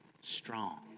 strong